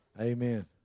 Amen